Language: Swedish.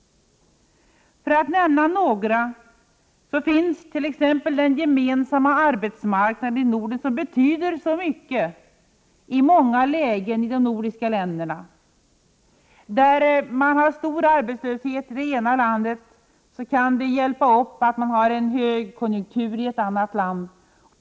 Låt mig nämna några exempel. Vi har den gemensamma arbetsmarknaden, som betyder så mycket i olika lägen för de nordiska länderna. Har man stor arbetslöshet i det ena landet, kan den motverkas genom en högkonjunkturiett annat land.